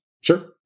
Sure